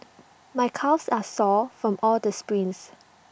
my calves are sore from all the sprints